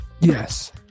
Yes